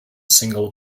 single